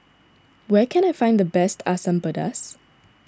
where can I find the best Asam Pedas